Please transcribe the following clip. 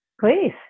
Please